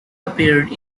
appeared